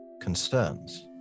concerns